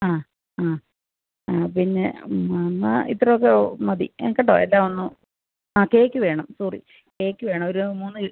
ആ ആ ആ പിന്നെ എന്നാൽ ഇത്ര ഒക്കെ മതി ഏഹ് കേട്ടോ എല്ലാം ഒന്നു ആ കേക്ക് വേണം സോറി കേക്ക് വേണം ഒരു മൂന്ന്